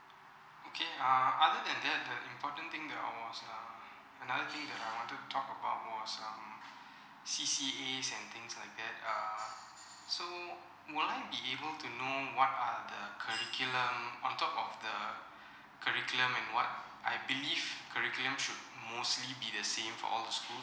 okay uh other than that the important thing that I was uh another thing that I want to talk about was um C_C_As and things like that err so would I be able to know what are the curriculum on top of the curriculum and what I believe curriculum should mostly be the same for all the schools